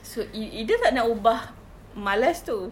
so i~ ida tak nak ubah malas itu